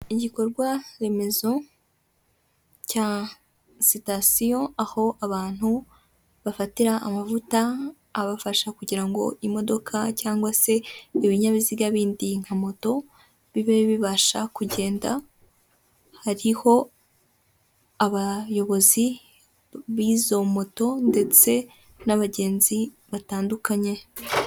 Igikorwa remezo cya sitasiyo aho abantu bafatira amavuta abafasha kugira imodoka cyangwa se ibinyabiziga bindi nka moto bibe bibasha kugenda, hariho abayobozi b'izo moto ndetse n'abagenzi batandukanye.